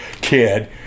kid